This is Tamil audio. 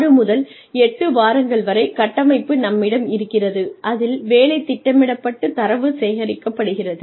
6 முதல் 8 வாரங்கள் வரை கட்டமைப்பு நம்மிடம் இருக்கிறது அதில் வேலை திட்டமிடப்பட்டு தரவு சேகரிக்கப்படுகிறது